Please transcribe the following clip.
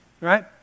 right